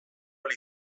ahal